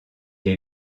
est